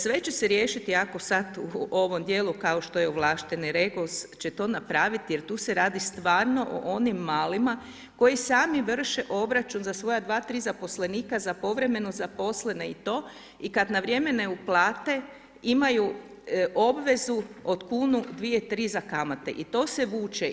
Sve će se riješiti ako sad u ovom dijelu kao što je ovlašteni REGOS će to napraviti jer tu se radi stvarno o onim malima koji sami vrše obračun za svoja 2-3 zaposlenika za povremeno zaposlene i to i kad na vrijeme ne uplate, imaju obvezu od kunu, dvije, tri za kamate i to se vuče.